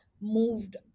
moved